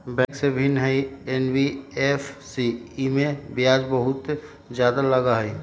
Bank से भिन्न हई एन.बी.एफ.सी इमे ब्याज बहुत ज्यादा लगहई?